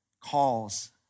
calls